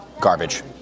garbage